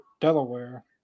Delaware